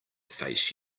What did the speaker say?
face